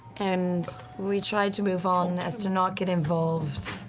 and we tried to move on, as to not get involved.